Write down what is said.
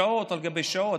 שעות על גבי שעות.